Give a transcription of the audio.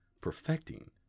perfecting